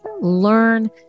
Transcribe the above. learn